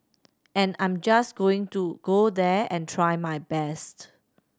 and I'm just going to go there and try my best